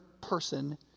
person